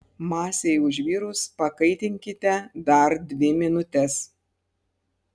masei užvirus pakaitinkite dar dvi minutes